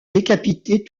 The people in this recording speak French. décapiter